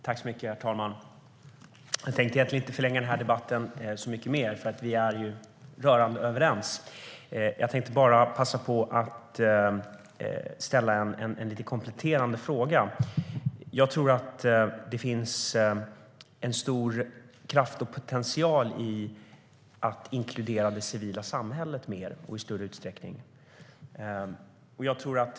Herr talman! Jag tänker inte förlänga den här debatten så mycket mer eftersom vi är rörande överens, men jag tänkte bara passa på att ställa en kompletterande fråga. Jag tror att det finns en stor kraft och potential i att inkludera det civila samhället i större utsträckning.